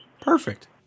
Perfect